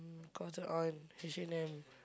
mm Cotton-On H-and-M